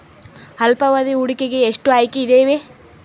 ಅಲ್ಪಾವಧಿ ಹೂಡಿಕೆಗೆ ಎಷ್ಟು ಆಯ್ಕೆ ಇದಾವೇ?